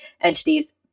entities